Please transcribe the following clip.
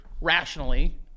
rationally